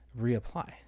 reapply